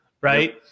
right